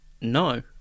No